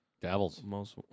Devils